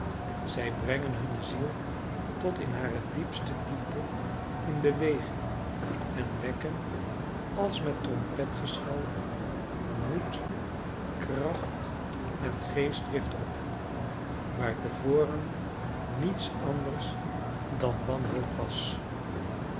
zij brengen hunne ziel tot in hare diepste diepte in beweging en wekken als met trompetgeschal moed kracht en geestdrift op waar te voren niets anders dan wanhoop was